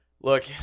look